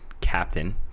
Captain